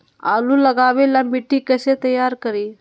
आलु लगावे ला मिट्टी कैसे तैयार करी?